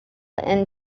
and